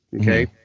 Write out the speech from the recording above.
Okay